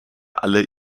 alle